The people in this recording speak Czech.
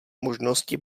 možnosti